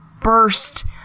burst